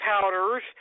powders